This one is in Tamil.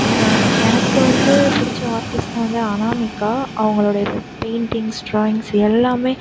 எனக்கு வந்து பிடிச்ச ஆர்ட்டிஸ்ட்னால் வந்து அனாமிகா அவங்களுடைய பெயின்டிங்ஸ் டிராயிங்ஸ் எல்லாமே